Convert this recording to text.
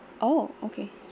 oh okay